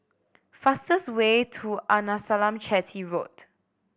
fastest way to Arnasalam Chetty Road